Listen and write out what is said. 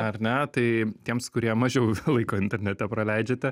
ar ne tai tiems kurie mažiau laiko internete praleidžiate